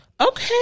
Okay